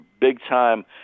big-time